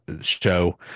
show